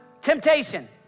temptation